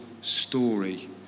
story